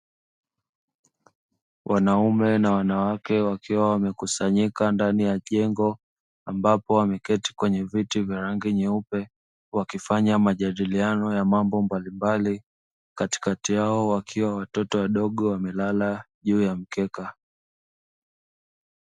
Wanaume na wanawake wakiwa wamekusanyika ndani ya jengo ambapo wameketi kwenye viti vya rangi nyeupe, wakifanya majadiliano ya mambo mbalimbali; katikati yao wakiwa watoto wadogo wamelala juu ya mkeka.